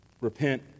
Repent